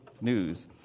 news